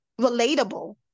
relatable